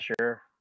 sure